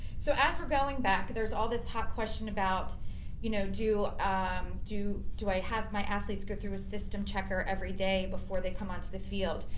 so as we're going back, there's all this hot question about you know, do um do i have my athletes go through a system checker every day, before they come onto the field?